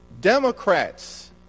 Democrats